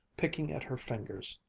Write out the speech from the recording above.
picking at her fingers.